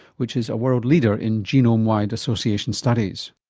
which is a world leader in genome-wide association studies.